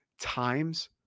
times